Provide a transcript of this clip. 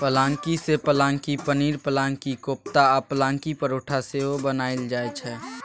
पलांकी सँ पलांकी पनीर, पलांकी कोपता आ पलांकी परौठा सेहो बनाएल जाइ छै